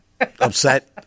upset